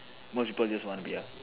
most people just want to be a